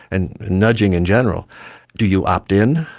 and nudging in general do you opt in,